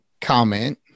comment